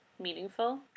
meaningful